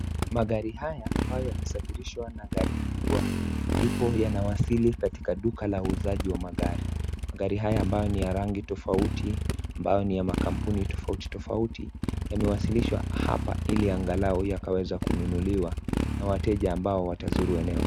Magari haya ambayo yamesafirishwa na gari kubwa ndipo yanawasili katika duka la uuzaji wa magari, magari haya ambayo ni ya rangi tofauti ambayo ni ya makampuni tofautitofauti yamewasilishwa hapa ili angalau yakaweza kununuliwa na wateja ambao watazuru eneo hili.